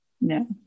No